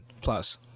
plus